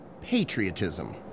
patriotism